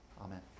Amen